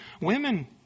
women